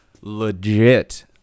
legit